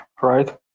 right